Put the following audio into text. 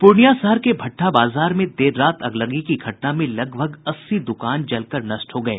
पूर्णियां शहर के भट्ठा बाजार में देर रात अगलगी की घटना में लगभग अस्सी द्कान जलकर नष्ट हो गये